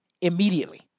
immediately